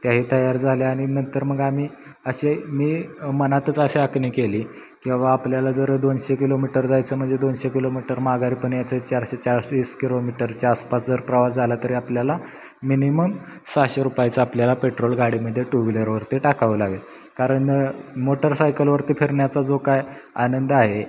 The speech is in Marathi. त्याही तयार झाल्या आणि नंतर मग आम्ही असे मी मनातच असे आखणी केली किंवा आपल्याला जर दोनशे किलोमीटर जायचं म्हणजे दोनशे किलोमीटर माघारी पण याचं चारशे चार वीस किलोमीटरच्या आसपास जर प्रवास झाला तरी आपल्याला मिनिमम सहाशे रुपयाचं आपल्याला पेट्रोल गाडीमध्ये टू व्हीलरवरती टाकावं लागेल कारण मोटरसायकलवरती फिरण्याचा जो काय आनंद आहे